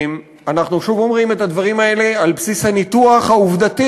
אנחנו שוב אומרים את הדברים האלה על בסיס הניתוח העובדתי,